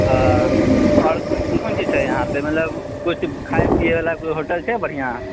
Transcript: हँ आओर कोन चीज कोन चीज छै वहाँपर कोइ खाइ पियैवला होटल छै बढ़िआँ